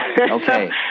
Okay